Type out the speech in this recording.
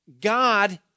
God